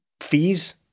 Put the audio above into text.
fees